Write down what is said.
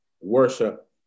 worship